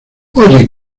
oye